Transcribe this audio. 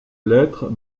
lettres